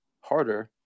harder